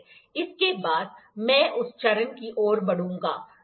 इसके बाद मैं उस चरण की ओर बढ़ूंगा